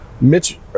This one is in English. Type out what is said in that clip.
Mitch